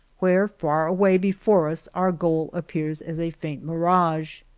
where, far away be fore us, our goal appears as a faint mirage.